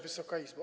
Wysoka Izbo!